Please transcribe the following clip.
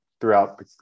throughout